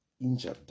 injured